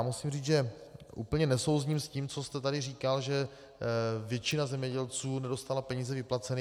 Musím říct, že úplně nesouzním s tím, co jste tady říkal, že většina zemědělců nedostala peníze vyplaceny.